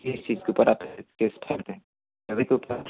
किस चीज़ के ऊपर आप केस तभी तो